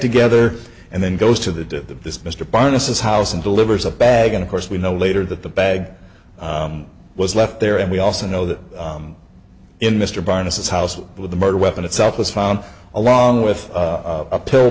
together and then goes to the this mr byass house and delivers a bag and of course we know later that the bag was left there and we also know that in mr barnett his house with the murder weapon itself was found along with a pill